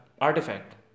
artifact